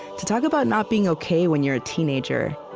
to talk about not being ok when you're a teenager.